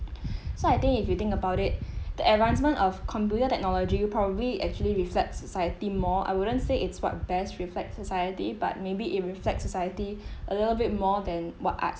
so I think if you think about it the advancement of computer technology probably actually reflect society more I wouldn't say it's what best reflect society but maybe it reflect society a little bit more than what arts